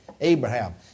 Abraham